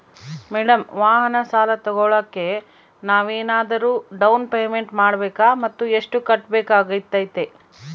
Madam ವಾಹನ ಸಾಲ ತೋಗೊಳೋಕೆ ನಾವೇನಾದರೂ ಡೌನ್ ಪೇಮೆಂಟ್ ಮಾಡಬೇಕಾ ಮತ್ತು ಎಷ್ಟು ಕಟ್ಬೇಕಾಗ್ತೈತೆ?